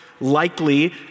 likely